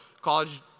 college